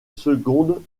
seconde